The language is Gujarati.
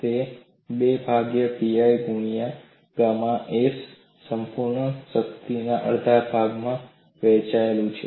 તે 2 ભાગ્યા pi E ગુણ્યા ગામા s ભાગ્યા સંપૂર્ણ શક્તિ અડધા ભાગમાં વહેંચાયેલું છે